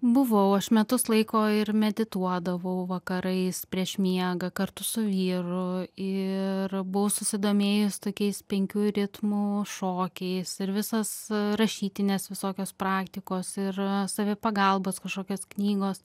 buvau aš metus laiko ir medituodavau vakarais prieš miegą kartu su vyru ir buvau susidomėjus tokiais penkių ritmų šokiais ir visos rašytinės visokios praktikos ir savipagalbos kažkokios knygos